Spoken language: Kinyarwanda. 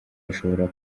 bashobora